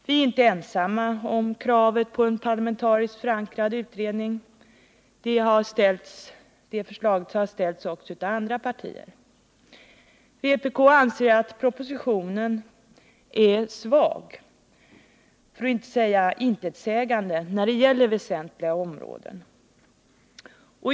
Viär inte ensamma om kravet på en parlamentariskt förankrad utredning — det förslaget har ställts också av andra partier. Vpk anser att propositionen är svag, för att inte säga intetsägande, när det gäller väsentliga områden.